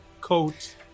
coat